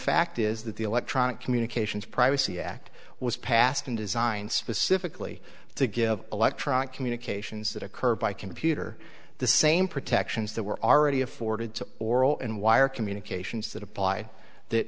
fact is that the electronic communications privacy act was passed in designed specifically to give electronic communications that occurred by computer the same protections that were already afforded to oral and wire communications that apply that